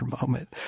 moment